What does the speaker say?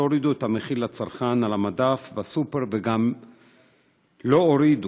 לא הורידה את המחיר לצרכן על המדף בסופר וגם לא הורידה